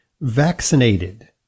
vaccinated